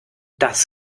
das